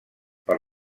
per